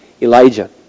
Elijah